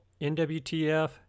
NWTF